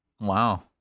Wow